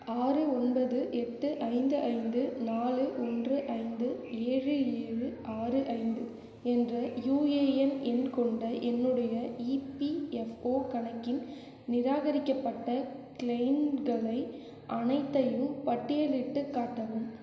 ஆறு ஒன்பது எட்டு ஐந்து ஐந்து நாலு ஒன்று ஐந்து ஏழு ஏழு ஆறு ஐந்து என்ற யுஏஎன் எண் கொண்ட என்னுடைய இபிஎஃப்ஓ கணக்கின் நிராகரிக்கப்பட்ட கிளெய்ம்கள் அனைத்தையும் பட்டியலிட்டுக் காட்டவும்